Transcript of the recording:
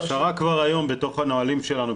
ההכשרה כבר היום בתוך הנהלים שלנו,